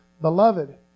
Beloved